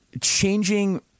changing